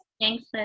Thanks